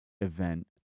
event